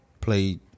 played